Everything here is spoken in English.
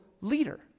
leader